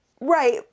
Right